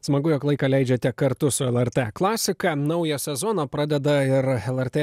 smagu jog laiką leidžiate kartu su lrt klasika naują sezoną pradeda ir lrt